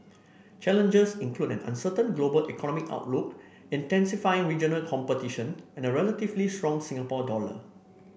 challenges include an uncertain global economic outlook intensifying regional competition and a relatively strong Singapore dollar